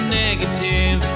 negative